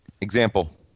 Example